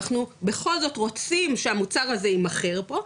אנחנו בכל זאת רוצים שהמוצר הזה יימכר פה,